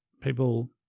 people